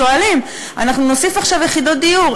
שואלים: אנחנו נוסיף עכשיו יחידות דיור,